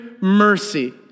mercy